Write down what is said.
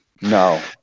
No